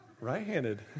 right-handed